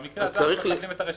במקרה הזה נקבל את הרשימה.